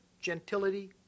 gentility